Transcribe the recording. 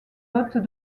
hôtes